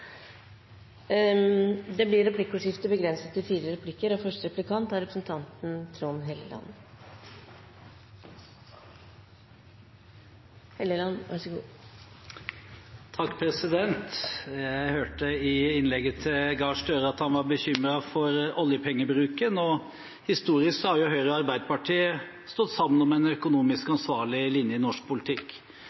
Det blir replikkordskifte. Jeg hørte i innlegget til Gahr Støre at han var bekymret for oljepengebruken, og historisk har Høyre og Arbeiderpartiet stått sammen om en økonomisk ansvarlig linje i norsk politikk.